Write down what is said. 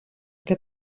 què